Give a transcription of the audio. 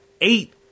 eight